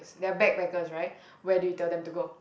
they are backpackers right where do you tell them to go